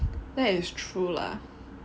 that is true lah